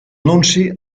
nunci